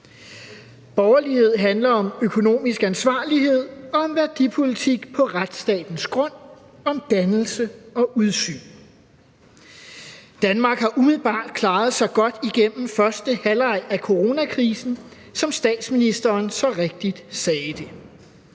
Borgerlighed handler om økonomisk ansvarlighed og om værdipolitik på retsstatens grund, om dannelse og udsyn. Danmark har umiddelbart klaret sig godt igennem første halvleg af coronakrisen, som statsministeren så rigtigt sagde det.